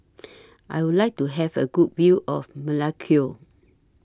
I Would like to Have A Good View of Melekeok